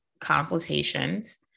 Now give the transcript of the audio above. consultations